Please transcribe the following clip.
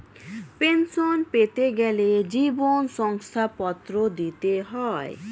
pension পেতে গেলে জীবন শংসাপত্র দিতে হয়